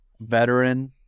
veteran